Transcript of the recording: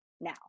now